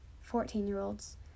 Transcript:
fourteen-year-olds